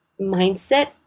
mindset